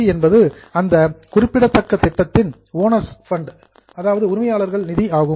we என்பது அந்தக் குறிப்பிட்ட திட்டத்தின் ஓனர்ஸ் ஃபண்ட் உரிமையாளர்கள் நிதி ஆகும்